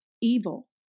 Evil